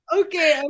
okay